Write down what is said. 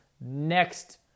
next